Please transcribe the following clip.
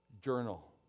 journal